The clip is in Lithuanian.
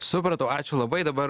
supratau ačiū labai dabar